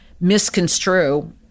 misconstrue